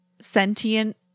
Sentient